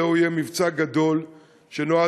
זה יהיה מבצע גדול שנועד,